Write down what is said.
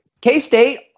K-State